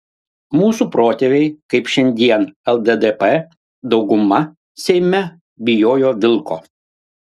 mūsų protėviai kaip šiandien lddp dauguma seime bijojo vilko